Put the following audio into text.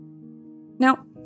Now